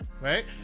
right